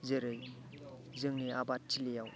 जेरै जोंनि आबादथिलियाव